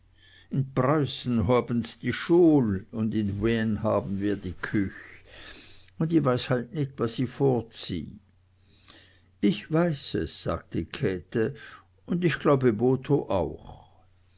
in preußen hoaben s die schul und in wian hoaben wir die küch und i weiß halt nit was i vorzieh ich weiß es sagte käthe und ich glaube botho auch